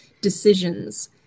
decisions